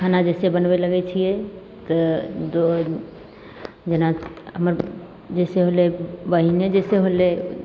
खाना जैसे बनबै लगैत छियै तऽ दो जेना हमर जैसे होलै बहिने जैसे होलै